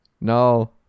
No